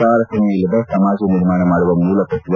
ತಾರತಮ್ಮ ಇಲ್ಲದ ಸಮಾಜ ನಿರ್ಮಾಣ ಮಾಡುವ ಮೂಲ ತತ್ವ